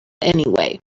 anyway